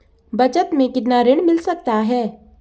बचत मैं कितना ऋण मिल सकता है?